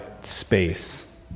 space